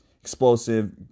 explosive